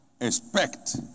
Expect